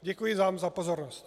Děkuji vám za pozornost.